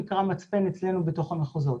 זה נקרא "מצפן" אצלינו בתוך המחוזות.